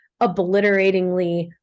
obliteratingly